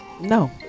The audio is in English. No